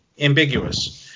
ambiguous –